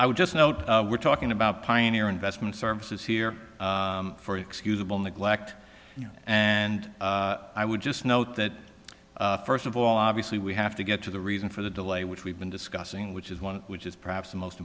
i would just note we're talking about pioneer investment services here for excusable neglect and i would just note that first of all obviously we have to get to the reason for the delay which we've been discussing which is one which is perhaps the most